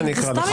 זה כבר מסתיים.